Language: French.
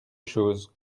chose